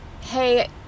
hey